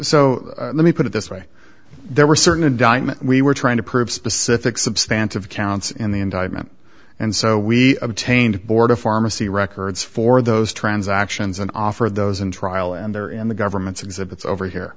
so let me put it this way there were certain indictment we were trying to prove specific substantial counts in the indictment and so we obtained border pharmacy records for those transactions and offered those in trial and they're in the government's exhibits over here